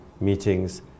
meetings